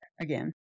again